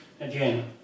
Again